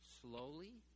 slowly